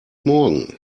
morgen